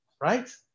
right